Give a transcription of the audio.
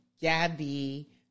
Gabby